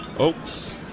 oops